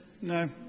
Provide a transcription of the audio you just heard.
No